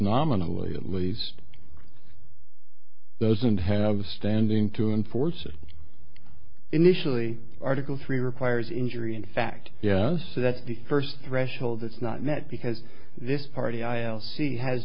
nominally at least doesn't have standing to enforce it initially article three requires injury in fact yes so that the first threshold is not met because this party i o c has